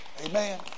Amen